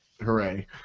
hooray